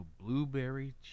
Blueberry